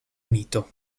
unito